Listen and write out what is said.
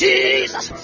Jesus